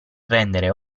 rendere